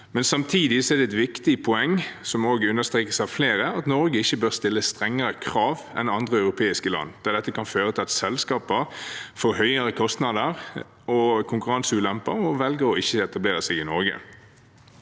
er samtidig et viktig poeng, som understrekes av flere, at Norge ikke bør stille strengere krav enn andre europeiske land, da dette kan føre til at selskaper får høyere kostnader og konkurranseulemper og velger å ikke etablere seg i Norge.